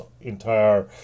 entire